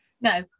No